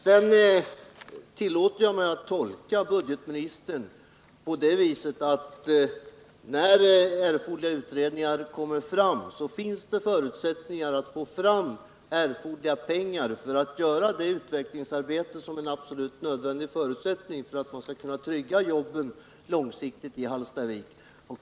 Jag tillåter mig att tolka budgetministerns uttalande så, att när resultatet av de pågående utredningarna föreligger så finns det möjligheter att få fram erforderliga pengar för att genomföra det utredningsarbete som är en absolut nödvändig förutsättning för att man skall långsiktigt trygga jobben i Hallstavik.